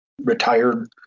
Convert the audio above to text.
retired